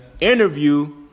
interview